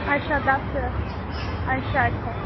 अच्छा दस्स अच्छा अच्छा